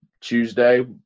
Tuesday